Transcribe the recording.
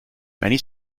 many